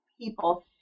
people